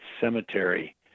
cemetery